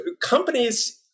Companies